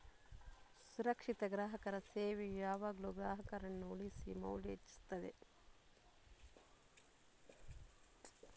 ಸುರಕ್ಷಿತ ಗ್ರಾಹಕರ ಸೇವೆಯು ಯಾವಾಗ್ಲೂ ಗ್ರಾಹಕರನ್ನ ಉಳಿಸಿ ಮೌಲ್ಯ ಹೆಚ್ಚಿಸ್ತದೆ